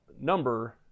Number